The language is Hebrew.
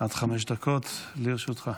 עד חמש דקות לרשותך.